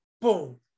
boom